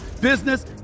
business